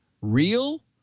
Real